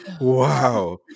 Wow